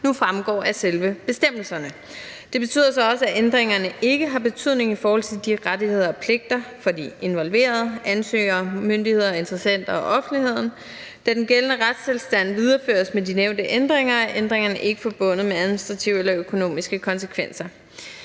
nu fremgår af selve bestemmelserne. Det betyder så også, at ændringerne ikke har betydning i forhold til de rettigheder og pligter for de involverede ansøgere, myndigheder og interessenter og for offentligheden. Da den gældende retstilstand videreføres med de nævnte ændringer, er ændringerne ikke forbundet med administrative eller økonomiske konsekvenser.